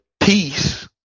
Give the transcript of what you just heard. Peace